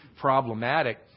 problematic